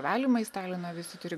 valymai stalino visi turi